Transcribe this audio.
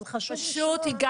אבל חשוב לשמוע --- פשוט הגשתי,